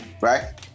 right